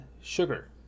sugar